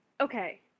okay